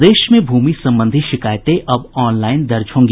प्रदेश में भूमि संबंधी शिकायतें अब ऑनलाईन दर्ज होंगी